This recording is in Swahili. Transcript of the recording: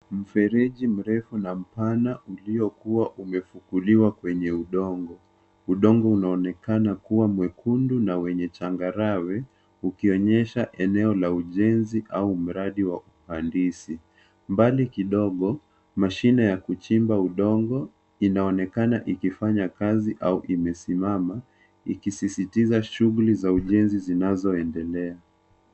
Mfereji mrefu na mpana uliokuwa umefukuliwa kwenye udongo. Udongo unaonekana kuwa mwekundu na wenye changarawe, ukionyesha eneo la ujenzi au mradi wa kuandisi. Mbali kidogo, mashine ya kuchimba udongo inaonekana ikifanya kazi au imesimama ikisisitiza shughuli za ujenzi zinazoendelea.